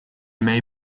may